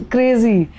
Crazy